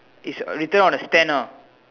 it's written on a stand ah